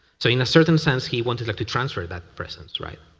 so in a certain sense, he wanted like to transfer that persons, right?